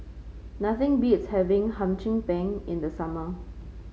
nothing beats having Hum Chim Peng in the summer